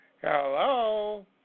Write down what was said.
Hello